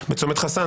בצומת חוסאן,